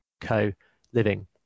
co-living